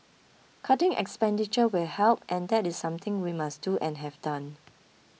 cutting expenditure will help and that is something we must do and have done